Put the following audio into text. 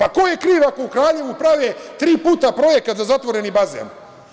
A ko je kriv ako u Kraljevu prave tri puta projekat za zatvoreni bazen?